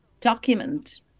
document